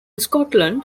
scotland